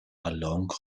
along